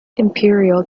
imperial